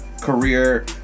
career